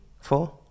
four